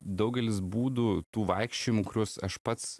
daugelis būdų tų vaikščiojimų kuriuos aš pats